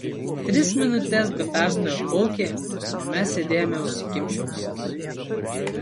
tris minutes be perstojo kaukė o mes sėdėjome užsikimšę ausis